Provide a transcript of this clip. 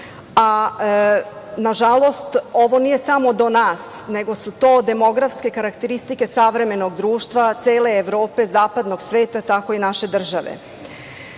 a nažalost ovo nije samo do nas, nego su to demografske karakteristike savremenog društva, cele Evrope, zapadnog sveta, tako i naše države. Ako